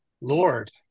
Lord